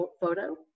photo